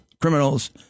criminals